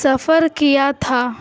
سفر کیا تھا